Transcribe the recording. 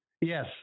Yes